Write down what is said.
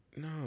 no